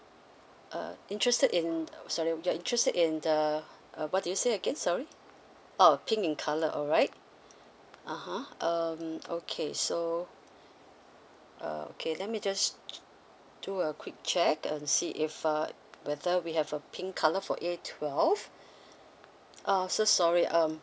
uh interested in sorry interested in the uh what do you say again sorry oh pink in colour alright (uh huh) um okay so uh okay let me just do a quick check and see if uh whether we have a pink colour for A twelve uh so sorry um